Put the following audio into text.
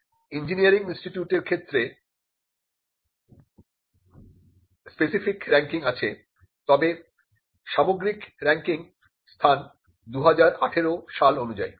ফ্রেমওয়ার্কের engineering ইনস্টিটিউটের ক্ষেত্রে specific ranking আছে তবে সামগ্রিক রেংকিং স্থান 2018 সাল অনুযায়ী